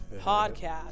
podcast